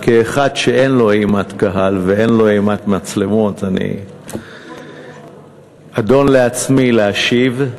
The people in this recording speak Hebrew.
כאחד שאין לו אימת קהל ואין לו אימת מצלמות אני אדון לעצמי להשיב.